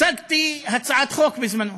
הצגתי הצעת חוק, בזמנו,